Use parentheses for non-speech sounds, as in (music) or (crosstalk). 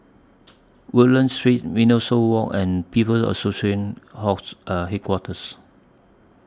Woodlands Street Mimosa Walk and People's Association (unintelligible) Headquarters